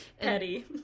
Petty